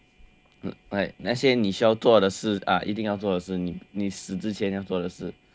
like 那些你需要做的事啊一定要做事你你死之前要做的事